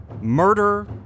murder